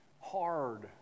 hard